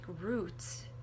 roots